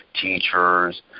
teachers